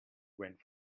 went